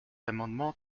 amendement